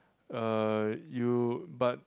uh you but